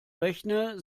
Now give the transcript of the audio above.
rechne